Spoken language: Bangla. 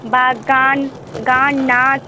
বা গান গান নাচ